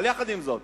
אבל יחד עם זאת,